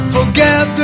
Forget